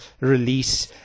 release